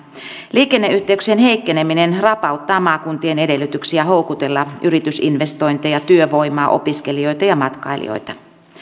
liikenneyhteyksien heikkeneminen rapauttaa maakuntien edellytyksiä houkutella yritysinvestointeja työvoimaa opiskelijoita ja matkailijoita